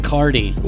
Cardi